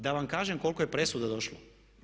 Da vam kažem koliko je presuda došlo?